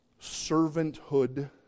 servanthood